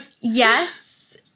yes